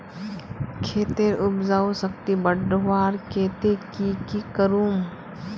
खेतेर उपजाऊ शक्ति बढ़वार केते की की करूम?